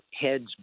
heads